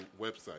website